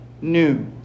new